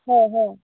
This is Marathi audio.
हो हो